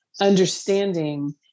understanding